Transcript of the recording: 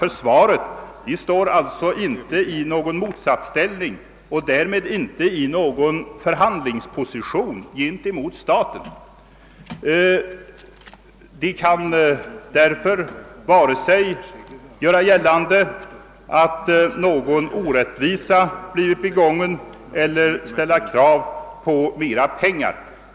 Försvaret är alltså inte i någon motsatsställning till och därmed inte i någon förhandlingsposition gentemot staten. Försvaret kan därför varken göra gällande att någon orättvisa blivit begången eller ställa krav på mera pengar.